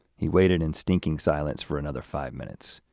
he waited in stinking silence for another five minutes.